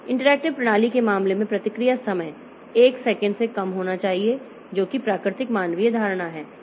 interactive प्रणाली के मामले में प्रतिक्रिया समय 1 सेकंड से कम होना चाहिए जो कि प्राकृतिक मानवीय धारणा है